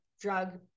drug